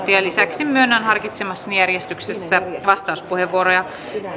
lisäksi myönnän harkitsemassani järjestyksessä vastauspuheenvuoroja